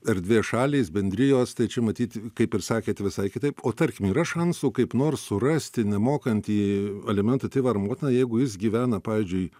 erdvės šalys bendrijos tai čia matyt kaip ir sakėt visai kitaip o tarkim yra šansų kaip nors surasti nemokantį alimentų tėvą ar motiną jeigu jis gyvena pavyzdžiui